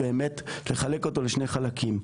באמת לחלק אותו לשני חלקים: